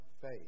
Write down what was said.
faith